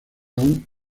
aún